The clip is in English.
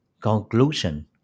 conclusion